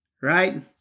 right